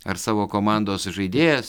ar savo komandos žaidėjas